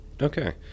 Okay